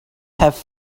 have